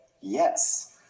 yes